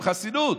עם חסינות.